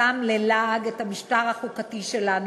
ששם ללעג את המשטר החוקתי שלנו,